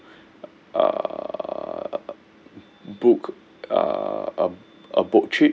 uh book uh a a boat trip